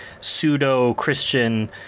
pseudo-Christian